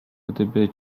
gdyby